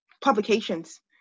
publications